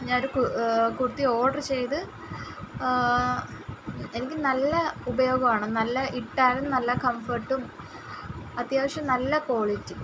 ഞാനൊരു കു കുർത്തി ഓർഡർ ചെയ്ത് എനിക്ക് നല്ല ഉപയോഗമാണ് നല്ല ഇട്ടാലും നല്ല കംഫർട്ടും അത്യാവശ്യം നല്ല ക്വാളിറ്റി